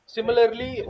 Similarly